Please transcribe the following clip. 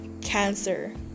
cancer